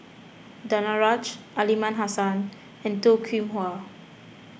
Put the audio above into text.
Danaraj Aliman Hassan and Toh Kim Hwa